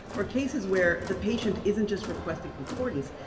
or cases where the patient isn't just requesting concordance,